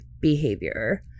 behavior